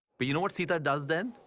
but you know sita does then?